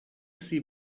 sie